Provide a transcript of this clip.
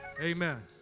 Amen